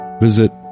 visit